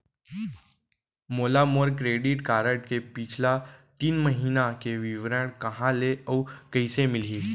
मोला मोर credit card के पिछला तीन महीना के विवरण कहाँ ले अऊ कइसे मिलही?